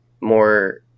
more